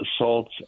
assaults